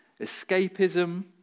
escapism